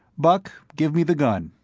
buck, give me the gun.